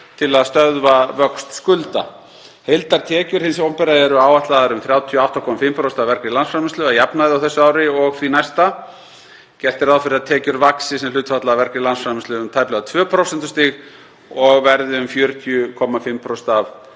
til að stöðva vöxt skulda. Heildartekjur hins opinbera eru áætlaðar um 38,5% af vergri landsframleiðslu að jafnaði á þessu ári og því næsta. Gert er ráð fyrir að tekjur vaxi sem hlutfall af vergri landsframleiðslu um tæplega 2 prósentustig og verði um 40,5% af